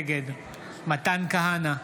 נגד מתן כהנא,